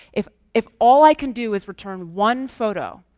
if if all i can do is return one photo,